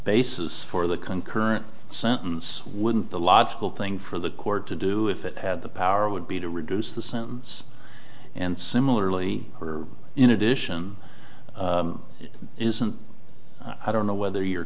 basis for the concurrent sentence wouldn't the logical thing for the court to do if it had the power would be to reduce the sentence and similarly for in addition isn't i don't know whether your